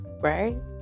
Right